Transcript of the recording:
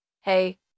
hey